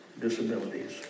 disabilities